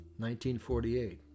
1948